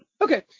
Okay